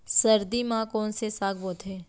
सर्दी मा कोन से साग बोथे?